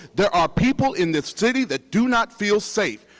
there are people in this city that do not feel safe.